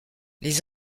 les